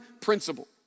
principle